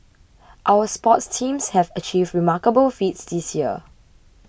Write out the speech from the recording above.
our sports teams have achieved remarkable feats this year